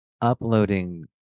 uploading